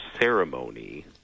ceremony